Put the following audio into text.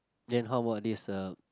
then how about this uh